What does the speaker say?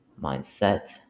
mindset